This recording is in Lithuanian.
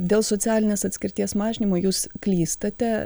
dėl socialinės atskirties mažinimo jūs klystate